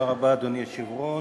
אדוני היושב-ראש,